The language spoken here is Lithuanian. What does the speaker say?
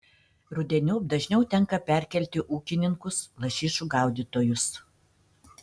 rudeniop dažniau tenka perkelti ūkininkus lašišų gaudytojus